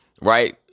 right